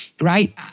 Right